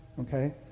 okay